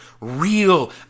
real